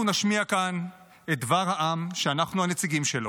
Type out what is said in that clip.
אנחנו נשמיע כאן את דבר העם, שאנחנו הנציגים שלו.